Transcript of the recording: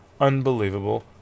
unbelievable